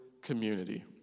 community